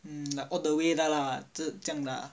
mm like all the way 的 lah 这样的 lah